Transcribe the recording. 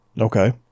Okay